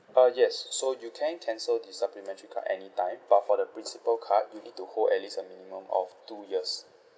uh yes so you can cancel the supplementary card any time but for the principal card you need to hold at least a minimum of two years